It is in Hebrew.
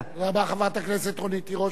חברת הכנסת רונית תירוש, בבקשה.